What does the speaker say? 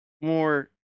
more